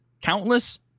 countless